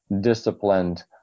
disciplined